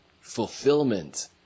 fulfillment